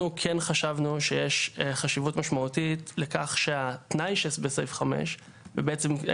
אנחנו כן חשבנו שיש חשיבות משמעותית לכך שהתנאי שבסעיף (5) ובעצם,